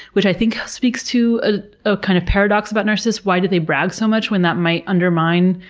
which i think speaks to a ah kind of paradox about narcissists, why do they brag so much when that might undermine,